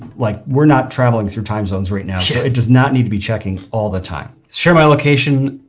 like we're not traveling through time zones right now. so it does not need to be checking all the time. share my location,